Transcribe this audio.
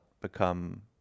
become